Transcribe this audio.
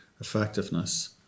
effectiveness